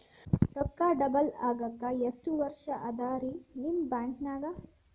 ರೊಕ್ಕ ಡಬಲ್ ಆಗಾಕ ಎಷ್ಟ ವರ್ಷಾ ಅದ ರಿ ನಿಮ್ಮ ಬ್ಯಾಂಕಿನ್ಯಾಗ?